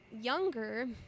younger